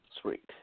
Sweet